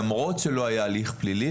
למרות שלא היה הליך פלילי,